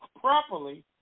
properly